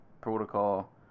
protocol